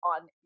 on